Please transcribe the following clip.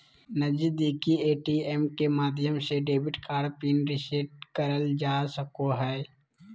नजीदीकि ए.टी.एम के माध्यम से डेबिट कार्ड पिन रीसेट करल जा सको हय